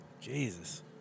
Jesus